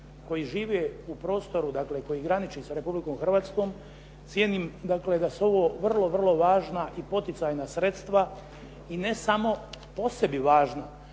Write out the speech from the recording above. koji žive u prostoru, dakle koji graniči sa Republikom Hrvatskom, cijenim dakle da su ovo vrlo važna i poticajna sredstva i ne samo po sebi važna,